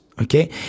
okay